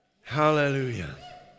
Hallelujah